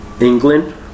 England